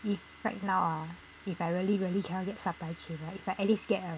if right now ah if I really really cannot get supply chain ah right it's like at least get a